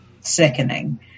sickening